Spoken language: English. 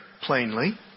plainly